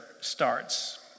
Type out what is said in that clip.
starts